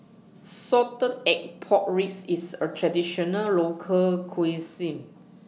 Salted Egg Pork Ribs IS A Traditional Local Cuisine